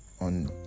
on